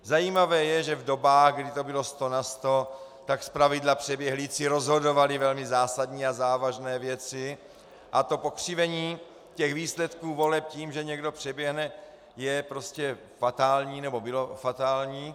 Zajímavé je, že v dobách, kdy to bylo sto na sto, tak zpravidla přeběhlíci rozhodovali velmi zásadní a závažné věci, a to pokřivení výsledků voleb tím, že někdo přeběhne, je prostě fatální, nebo bylo fatální.